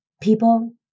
people